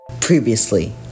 Previously